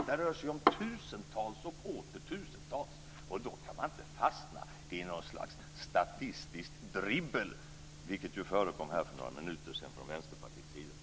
Det rör sig om tusentals och åter tusentals, och då kan man inte fastna i något slags statistiskt dribbel, vilket ju förekom här för några minuter sedan från Vänsterpartiets sida.